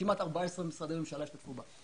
שכמעט 14 משרדי ממשלה השתתפו בה.